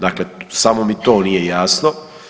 Dakle, samo mi to nije jasno.